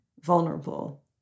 vulnerable